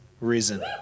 risen